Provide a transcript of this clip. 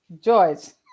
joyce